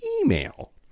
email